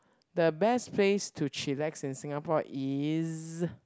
the best place to chillax in Singapore is